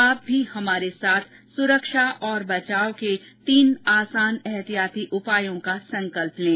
आप भी हमारे साथ सुरक्षा और बचाव के तीन आसान एहतियाती उपायों का संकल्प लें